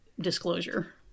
disclosure